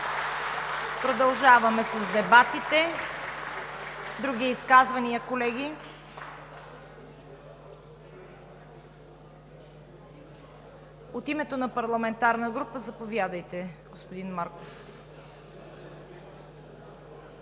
Продължаваме с дебатите. Други изказвания, колеги? От името на парламентарна група – заповядайте, господин Марков.